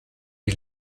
die